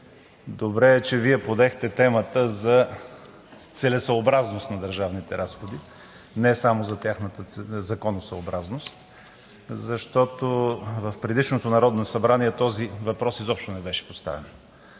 Добре е, че Вие подехте темата за целесъобразността на държавните разходи, не само за тяхната законосъобразност, защото в предишното Народно събрание този въпрос изобщо не беше поставен.